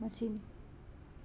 ꯃꯁꯤꯅꯤ